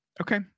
okay